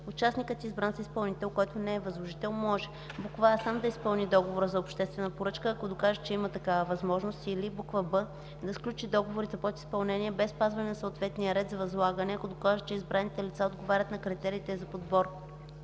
участникът, избран за изпълнител, който не е възложител може: а) сам да изпълни договора за обществена поръчка, ако докаже, че има такава възможност, или б) да сключи договори за подизпълнение без спазване на съответния ред за възлагане, ако докаже че избраните лица отговарят на критериите за подбор;